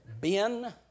Ben